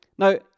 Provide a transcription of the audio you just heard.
Now